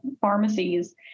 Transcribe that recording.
pharmacies